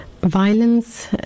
Violence